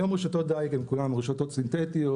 היום רשתות דיג הן כולם רשתות סינטטיות,